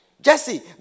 Jesse